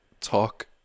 Talk